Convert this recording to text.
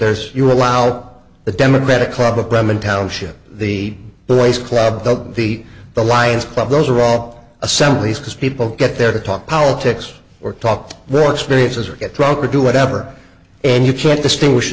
there's you allow the democratic club of bremen township the boys club the the the lions club those are all assemblies because people get there to talk politics or talk the experiences or get drunk or do whatever and you can't distinguish